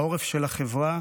העורף של החברה